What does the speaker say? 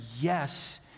yes